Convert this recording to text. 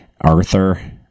Arthur